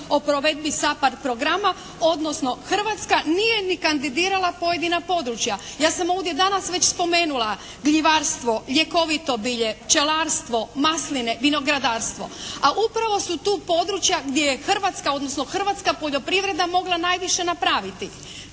o provedbi SAPARD programa, odnosno Hrvatska nije ni kandidirala pojedina područja. Ja sam ovdje danas već spomenula, gljivarstvo, ljekovito bolje, pčelarstvo, masline, vinogradarstvo. A upravo su tu područja gdje je Hrvatska, odnosno hrvatska poljoprivreda mogla najviše napraviti.